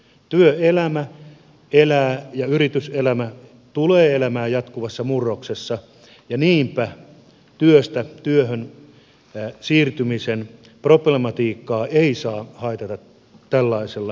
työelämä elää ja yrityselämä tulee elämään jatkuvassa murroksessa ja niinpä työstä työhön siirtymisen problematiikkaa ei saa haitata tällaisella tavalla